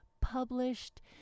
published